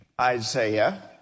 Isaiah